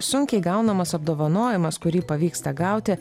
sunkiai gaunamas apdovanojimas kurį pavyksta gauti